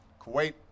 Kuwait